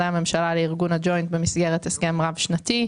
הממשלה לארגון הג'וינט במסגרת הסכם רב שנתי.